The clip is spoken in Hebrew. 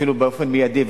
אפילו באופן מיידי,